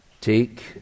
Take